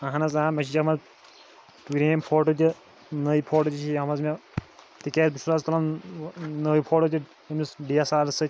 اہن حظ آ مےٚ چھِ جمع پرٛٲنۍ فوٹو تہِ نٔے فوٹو تہِ چھِ جمع حظ مےٚ تِکیازِ بہٕ چھُس آز تُلَن نٔے فوٹو تہِ ییٚمِس ڈی ایٚس آر سۭتۍ